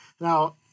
Now